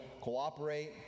cooperate